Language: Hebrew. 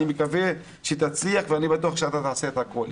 אני מקווה שתצליח ואני בטוח שאתה תעשה את הכול.